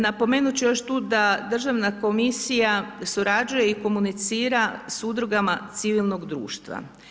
Napomenut ću još tu da državna komisija surađuje i komunicira s udrugama civilnog društva.